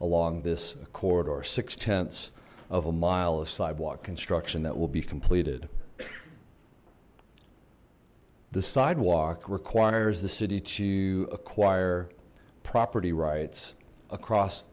along this corridor six tenths of a mile of sidewalk construction that will be completed the sidewalk requires the city to acquire property rights across